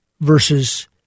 versus